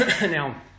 now